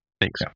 Thanks